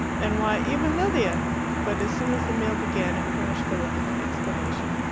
and why, even lilia but as soon as the meal began it furnished philip with an explanation.